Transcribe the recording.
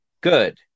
Good